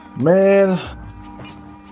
man